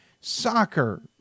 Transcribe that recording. Soccer